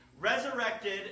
Resurrected